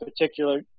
particular